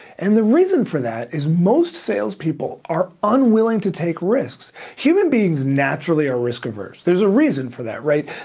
and the reason for that is most sales people are unwilling to take risks. human beings naturally are risk averse. there's a reason for that, right?